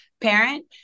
parent